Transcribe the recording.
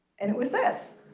and it was this.